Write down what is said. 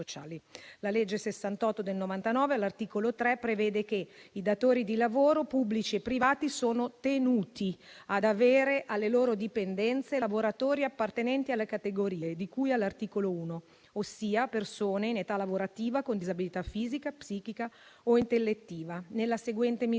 La legge n. 68 del 1999, all'articolo 3, prevede che i datori di lavoro, pubblici e privati, sono tenuti ad avere alle loro dipendenze lavoratori appartenenti alle categorie di cui all'articolo 1, ossia persone in età lavorativa con disabilità fisica, psichica o intellettiva nella seguente misura: